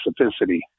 specificity